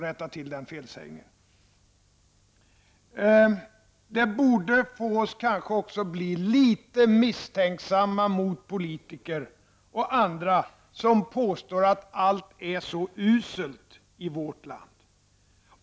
Det borde kanske också få oss att bli litet misstänksamma mot politiker och andra som påstår att allt är så uselt i vårt land.